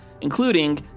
including